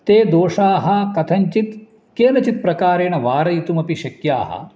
ते दोषाः कथञ्चित् केनचित् प्रकारेण वारयितुम् अपि शक्याः